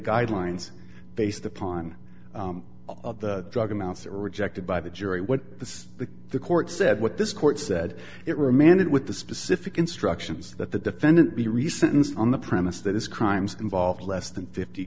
guidelines based upon the drug amounts are rejected by the jury what the the court said what this court said it remanded with the specific instructions that the defendant be recency on the premise that his crimes involved less than fifty